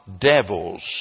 devils